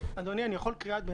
אדוני, אני יכול קריאת ביניים?